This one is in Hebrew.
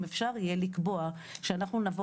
אם אפשר יהיה לקבוע שאנחנו נבוא,